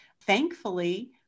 thankfully